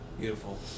Beautiful